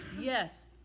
Yes